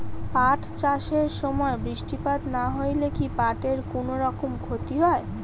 পাট চাষ এর সময় বৃষ্টিপাত না হইলে কি পাট এর কুনোরকম ক্ষতি হয়?